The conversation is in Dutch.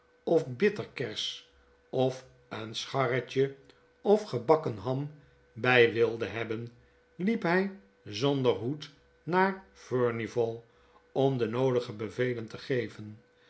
of bitterkers of een scharretje of gebakken ham by wilde hebben liep hy zonder hoed naar furnival om de noodige bevelen te geven